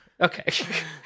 Okay